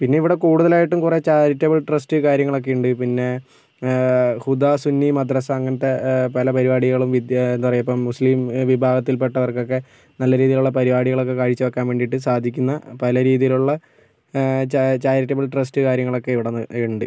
പിന്നിവിടെ കൂടുതലായിട്ടും കുറെ charitable trust കാര്യങ്ങളൊക്കെ ഉണ്ട് പിന്നെ ഹുദാസുന്നി മദ്രസ അങ്ങനത്തെ പല പരിപാടികളും വിദ്യാ എന്താ പറയുക ഇപ്പം മുസ്ലീം വിഭാഗത്തിൽ പെട്ടവർക്കൊക്കെ നല്ല രീതിയിലുള്ള പരിപാടികളൊക്കെ കാഴ്ച വെക്കാൻ വേണ്ടീട്ട് സാധിക്കുന്ന പല രീതിയിൽ ഉള്ള ചാ ചാരിറ്റബിൾ ട്രസ്റ്റ് കാര്യങ്ങള്ളൊക്കെ ഇവിടുന്ന് ഉണ്ട്